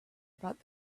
about